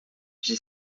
j’y